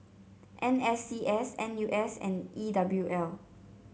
N S C S N U S and E W L